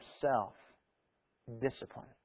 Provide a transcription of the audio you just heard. self-discipline